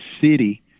city